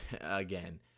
again